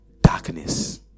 darkness